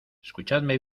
escuchadme